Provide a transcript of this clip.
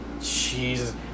Jesus